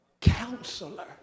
counselor